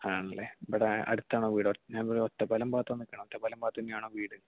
ആണല്ലേ ഇവിടെ അടുത്തണോ വീട് ഞാൻ ഇവിടെ ഒറ്റപ്പാലം ഭാഗത്താണ് നിക്കണത് ഒറ്റപ്പാലം ഭാഗത്ത് തന്നെയാണോ വീട്